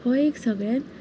हो एक सगळ्यान